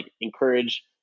encourage